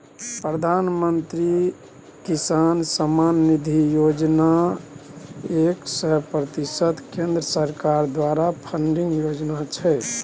प्रधानमंत्री किसान सम्मान निधि योजना एक सय प्रतिशत केंद्र सरकार द्वारा फंडिंग योजना छै